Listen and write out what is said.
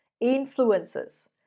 influences